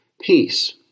Peace